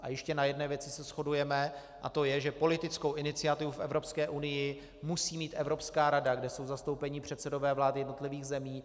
A ještě na jedné věci se shodujeme, a to je, že politickou iniciativu v Evropské unii musí mít Evropská rada, kde jsou zastoupeni předsedové vlád jednotlivých zemí.